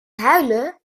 huilen